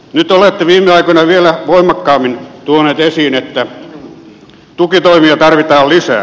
nyt olette viime aikoina vielä voimakkaammin tuonut esiin että tukitoimia tarvitaan lisää